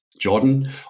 Jordan